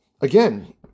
again